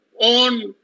on